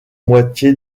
moitié